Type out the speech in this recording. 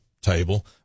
table